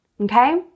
okay